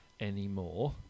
anymore